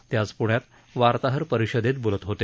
ते आज पुण्यात वार्ताहर परिषदेत बोलत होते